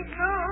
no